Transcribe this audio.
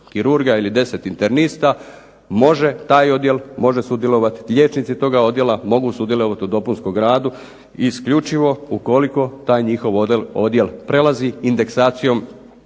ili 10 internista može taj odjel može sudjelovati, liječnici toga odjela mogu sudjelovati u dopunskom radu i isključivo ukoliko taj njihov odjel prelazi indeksacijom